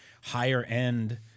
higher-end